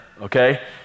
okay